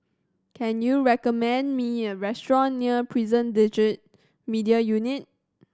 can you recommend me a restaurant near Prison Digital Media Unit